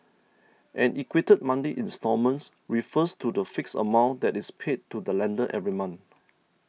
an equated monthly instalments refers to the fixed amount that is paid to the lender every month